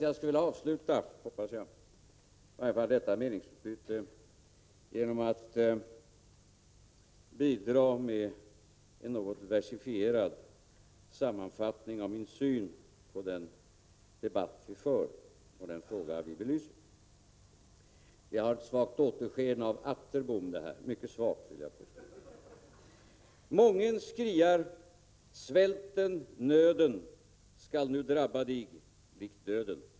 Jag skulle vilja avsluta det här meningsutbytet genom att bidra med en versifierad sammanfattning av min syn på den debatt vi för och den fråga vi belyser. Här finns ett svagt återsken av Atterbom — mycket svagt, vill jag påstå. Mången skriar: Svälten, nöden skall nu drabba dig, likt döden!